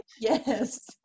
yes